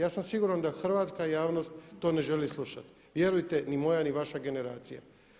Ja sam siguran da hrvatska javnost to ne želi slušati, vjerujte ni moja, ni vaša generacija.